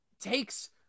takes